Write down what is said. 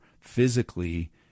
physically